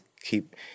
keep